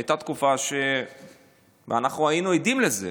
הייתה תקופה, ואנחנו היינו עדים לזה